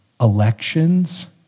elections